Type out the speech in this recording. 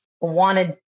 wanted